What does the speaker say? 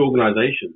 organizations